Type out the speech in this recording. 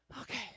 Okay